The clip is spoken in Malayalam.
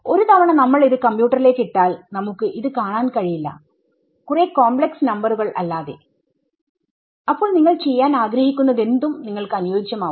ഒരു തവണ നമ്മൾ ഇത് കമ്പ്യൂട്ടറിലേക്ക് ഇട്ടാൽ നമുക്ക് കാണാൻ കഴിയില്ല കുറെ കോംപ്ലക്സ് നമ്പറുകൾഅല്ലാതെ അപ്പോൾ നിങ്ങൾ ചെയ്യാൻ ആഗ്രഹിക്കുന്നതെന്തും നിങ്ങൾക്ക് അനുയോജ്യമാവും